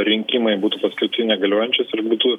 rinkimai būtų paskelbti negaliojančiais ir būtų